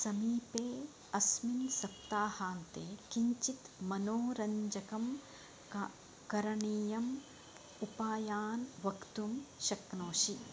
समीपे अस्मिन् सप्ताहान्ते किञ्चित् मनोरञ्जकं क करणीयम् उपायान् वक्तुं शक्नोषि